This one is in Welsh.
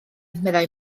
meddai